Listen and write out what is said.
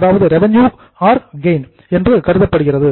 gain ஆதாயம் என்று கருதப்படுகிறது